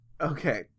Okay